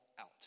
out